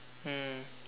mm